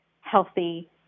healthy